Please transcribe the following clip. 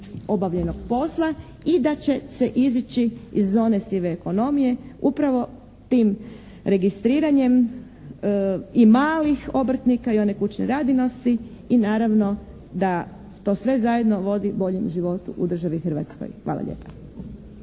obavljenog posla i da će se izići iz one sive ekonomije upravo tim registriranjem i malih obrtnika i one kućne radinosti i naravno da to sve zajedno vodi boljem životu u državi Hrvatskoj. Hvala lijepa.